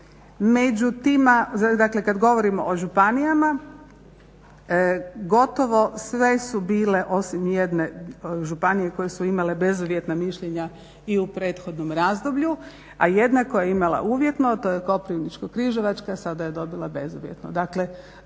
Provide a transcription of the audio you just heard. među tima, dakle kad govorimo o županijama gotovo sve su bile osim jedne županije koje su imale bezuvjetna mišljenja i u prethodnom razdoblju, a jedna koja je imala uvjetno, to je Koprivničko-križevačka, sada je dobila bezuvjetno.